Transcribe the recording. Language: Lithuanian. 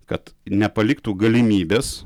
kad nepaliktų galimybės